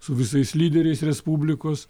su visais lyderiais respublikos